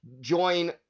join